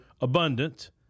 abundant